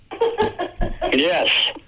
Yes